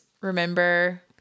remember